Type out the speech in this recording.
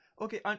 okay